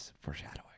Foreshadowing